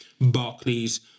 Barclays